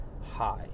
high